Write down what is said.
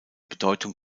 bedeutung